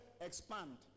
expand